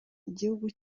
igihugu